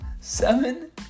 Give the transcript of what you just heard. seven